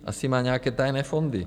Asi má nějaké tajné fondy.